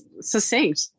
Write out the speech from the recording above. succinct